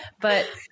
But-